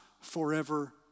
forever